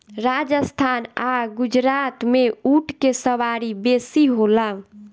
राजस्थान आ गुजरात में ऊँट के सवारी बेसी होला